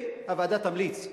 והוועדה תמליץ.